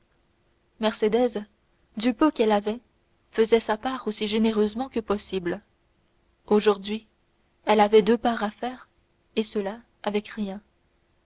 soi mercédès du peu qu'elle avait faisait sa part aussi généreusement que possible aujourd'hui elle avait deux parts à faire et cela avec rien